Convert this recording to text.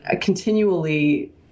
continually –